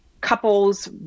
couples